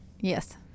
Yes